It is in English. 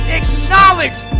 acknowledge